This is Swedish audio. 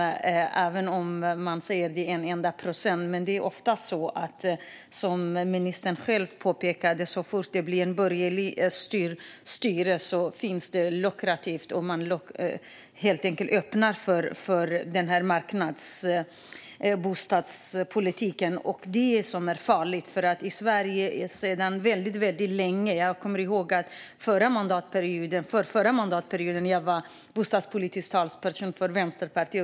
Ministern säger att det är en enda procent, men som han själv pekade på är det ofta så att så fort det blir borgerligt styre ser man det som lukrativt att öppna för marknadsstyrd bostadspolitik. Det är det som är farligt. Förra och förrförra mandatperioden var jag bostadspolitisk talesperson för Vänsterpartiet.